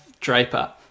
Draper